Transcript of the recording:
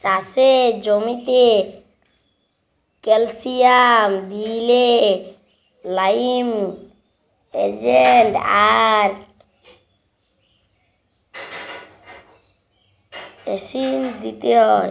চাষের জ্যামিতে ক্যালসিয়াম দিইলে লাইমিং এজেন্ট আর অ্যাসিড দিতে হ্যয়